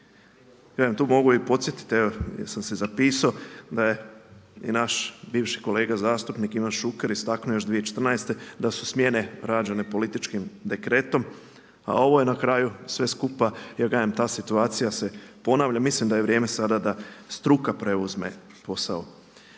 Ja vam tu mogu i podsjetiti evo jer sam si zapisao, da je i naš bivši kolega zastupnik Ivan Šuker istaknuo još 2014. da su smjene rađene političkim dekretom, a ovo je na kraju sve skupa, ja kažem ta situacija se ponavlja. Mislim da je vrijeme sada da struka preuzme posao.